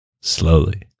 slowly